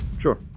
Sure